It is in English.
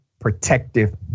protective